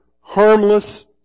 harmless